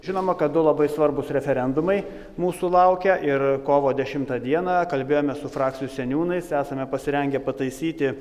žinoma kad du labai svarbūs referendumai mūsų laukia ir kovo dešimtą dieną kalbėjome su frakcijų seniūnais esame pasirengę pataisyti